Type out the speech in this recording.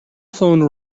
phone